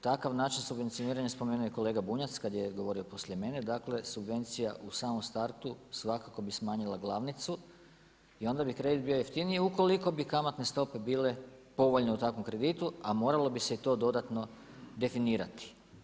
Takav način subvencioniranja spomenuo je i kolega Bunjac kada je govorio poslije mene, dakle subvencija u samom startu svakako bi smanjila glavnicu i onda bi kredit bio jeftiniji ukoliko bi kamatne stope bile povoljne u takvom kreditu, a moralo bi se i to dodatno definirati.